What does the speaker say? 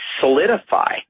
solidify